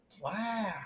wow